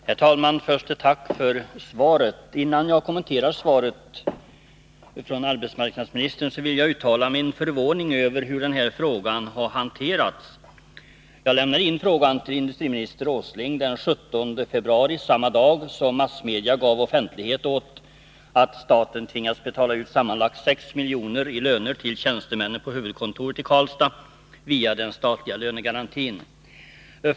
Herr talman! Först framför jag ett tack för svaret. Innan jag kommenterar svaret från arbetsmarknadsministern, vill jag uttala min förvåning över hur denna fråga har hanterats. Jag lämnade in frågan till industriminister Åsling den 17 februari, samma dag som massmedia gav offentlighet åt att staten via den statliga lönegarantin tvingas betala ut sammanlagt 6 milj.kr. i löner till tjänstemännen på Vänerskogs huvudkontor i Karlstad.